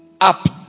up